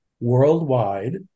worldwide